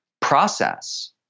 process